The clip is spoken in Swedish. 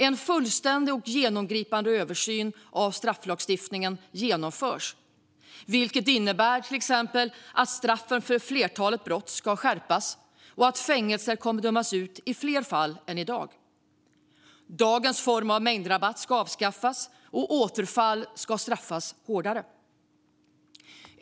En fullständig och genomgripande översyn av strafflagstiftningen genomförs, vilket till exempel innebär att straffen för flertalet brott ska skärpas och att fängelse kommer att dömas ut i fler fall än i dag. Dagens form av mängdrabatt ska avskaffas, och återfall ska straffas hårdare.